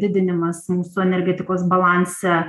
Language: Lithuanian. didinimas mūsų energetikos balanse